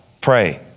Pray